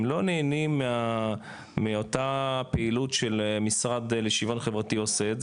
הם לא נהנים מאותה פעילות של משרד לשוויון חברתי עושה את זה,